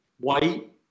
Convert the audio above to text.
white